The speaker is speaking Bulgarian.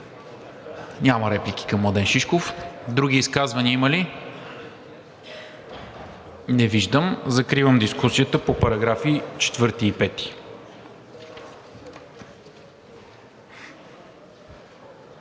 Няма реплики към Младен Шишков. Има ли други изказвания? Не виждам. Закривам дискусията по параграфи 4 и 5.